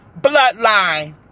bloodline